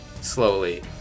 Slowly